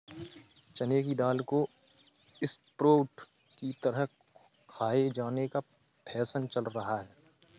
चने की दाल को स्प्रोउट की तरह खाये जाने का फैशन चल रहा है